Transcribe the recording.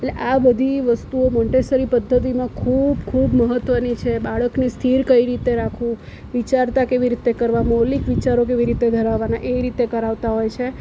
એટલે આ બધી વસ્તુઓ મોન્ટેસરી પદ્ધતિમાં ખૂબ ખૂબ મહત્ત્વની છે બાળકને સ્થિર કઈ રીતે રાખવું વિચારતા કેવી રીતે કરવા મૌલિક વિચારો કેવી રીતે ધરાવવાના એ રીતે કરાવતા હોય છે